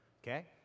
Okay